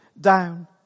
down